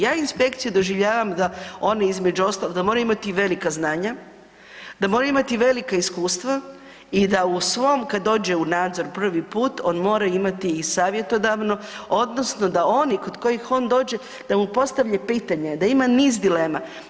Ja inspekciju doživljavam da oni između ostalog, da moraju imati velika znanja, da moraju imati velika iskustva i da u svom kad dođe u nadzor prvi put on mora imati i savjetodavno odnosno da oni kod kojih on dođe da mu postavljaju pitanja i da ima niz dilema.